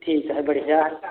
ठीक है बढ़िया